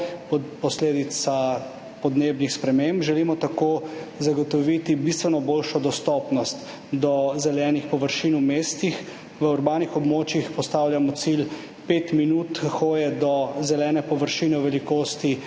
posledica podnebnih sprememb želimo zagotoviti bistveno boljšo dostopnost do zelenih površin v mestih. V urbanih območjih postavljamo cilj pet minut hoje do zelene površine v velikosti